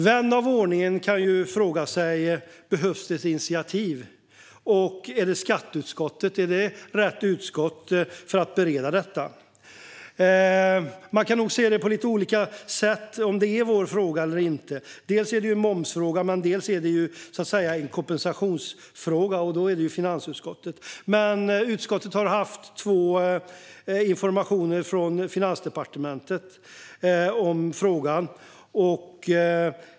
Vän av ordning kanske frågar sig: Behövs det ett initiativ, och är skatteutskottet rätt utskott att bereda detta? Man kan nog se det på lite olika sätt när det gäller om det är vår fråga eller inte. Å ena sidan är det en momsfråga. Å andra sidan är det en kompensationsfråga, och då är det ju finansutskottets område. Utskottet har vid två tillfällen fått information av Finansdepartementet om frågan.